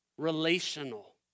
relational